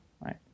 right